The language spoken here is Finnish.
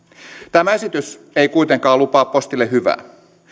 tämä esitys ei kuitenkaan lupaa postille hyvää